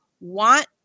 want